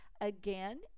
again